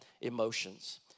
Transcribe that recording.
emotions